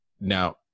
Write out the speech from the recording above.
now